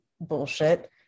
bullshit